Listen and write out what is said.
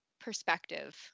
perspective